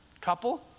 Couple